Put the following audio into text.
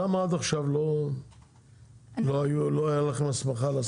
למה עד עכשיו לא היה לכם הסמכה לעשות את זה?